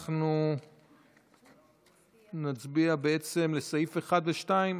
אנחנו נצביע על סעיפים 1 ו-2,